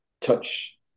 touch